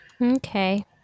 Okay